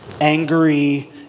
angry